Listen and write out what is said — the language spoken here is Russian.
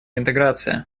интеграция